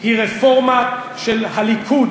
היא רפורמה של הליכוד.